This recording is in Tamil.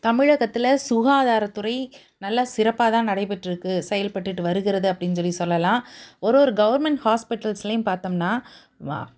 தமிழகத்தில் சுகாதாரத்துறை நல்லா சிறப்பாக தான் நடைபெற்றுருக்கு செயல்பட்டுட்டு வருகிறது அப்படின்னு சொல்லி சொல்லலாம் ஒரு ஒரு கவுர்மெண்ட் ஹாஸ்பிட்டல்ஸ்லேயும் பார்த்தோம்னா